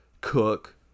cook